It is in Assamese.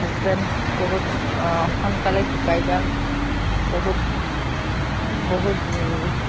হাজবেণ্ড বহুত সোনকালে ঢুকাই গাল বহুত বহুত